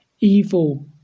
evil